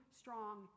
strong